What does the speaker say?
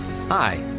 Hi